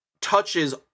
touches